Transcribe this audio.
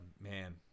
man